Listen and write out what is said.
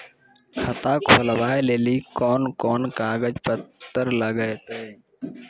खाता खोलबाबय लेली कोंन कोंन कागज पत्तर लगतै?